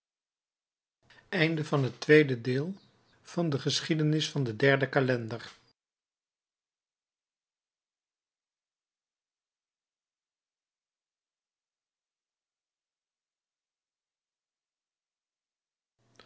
van de geschiedenis van den derden calender